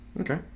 Okay